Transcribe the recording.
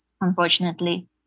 unfortunately